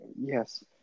yes